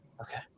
Okay